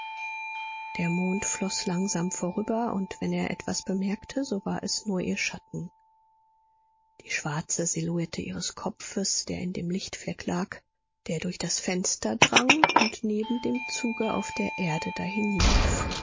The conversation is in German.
der mond floß langsam vorüber und wenn er etwas bemerkte so war es nur ihr schatten die schwarze silhouette ihres kopfes der in dem lichtfleck lag der durch das fenster drang und neben dem zuge auf der erde dahinlief